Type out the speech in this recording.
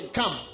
come